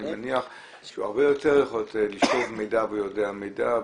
אני מניח שהוא יכול לשאוב מידע והוא יודע מידע,